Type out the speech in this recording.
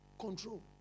control